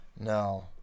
No